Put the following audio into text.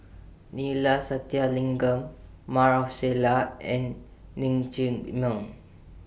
Neila Sathyalingam Maarof Salleh and Lin Chee Meng